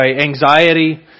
anxiety